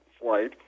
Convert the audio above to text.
flight